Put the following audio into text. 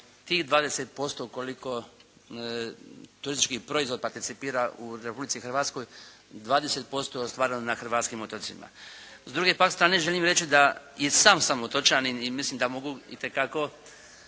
tih 20% koliko turistički proizvod participira u Republici Hrvatskoj 20% je ostvareno na hrvatskim otocima. S druge pak strane želim reći i sam sam otočanin i mislim da mogu itekako